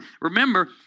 remember